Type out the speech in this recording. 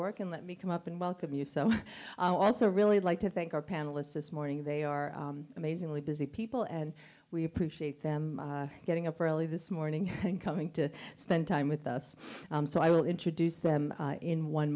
work and let me come up and welcome you so i also really like to thank our panelists this morning they are amazingly busy people and we appreciate them getting up early this morning and coming to spend time with us so i will introduce them in one